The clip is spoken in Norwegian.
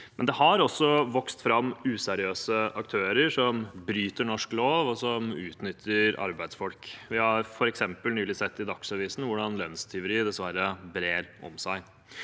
Men det har også vokst fram useriøse aktører som bryter norsk lov, og som utnytter arbeidsfolk. Vi har f.eks. nylig sett i Dagsavisen hvordan lønnstyveri dessverre brer om seg.